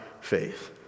faith